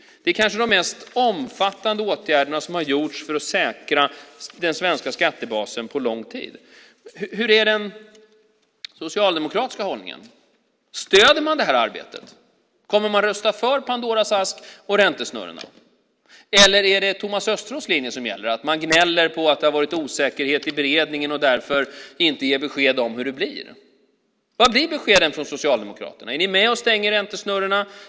Det är kanske de mest omfattande åtgärderna som har gjorts för att säkra den svenska skattebasen på lång tid. Hur är den socialdemokratiska hållningen? Stöder man detta arbete? Kommer man att rösta för Pandoras ask och räntesnurrorna? Eller är det Thomas Östros linje som gäller, att man gnäller på att det har varit osäkerhet i beredningen och därför inte ger besked om hur det blir? Vad blir beskeden från Socialdemokraterna? Är ni med och stänger räntesnurrorna?